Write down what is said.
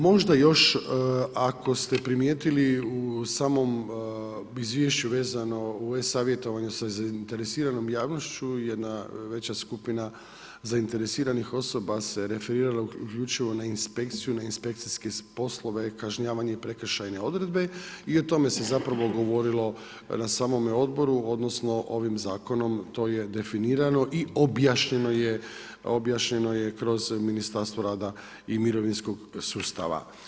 Možda još ako ste primijetili u samom izvješću vezano u e-Savjetovanju sa zainteresiranom javnošću jedna veća skupina zainteresiranih osoba se referirala uključivo na inspekciju, na inspekcijske poslove, kažnjavanje i prekršajne odredbe i o tome se zapravo govorilo na samome odboru odnosno ovim zakonom to je definirano i objašnjeno je kroz Ministarstvo rada i mirovinskog sustava.